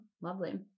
Lovely